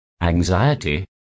anxiety